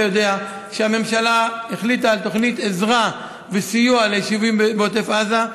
אתה יודע שהממשלה החליטה על תוכנית עזרה וסיוע ליישובים בעוטף עזה.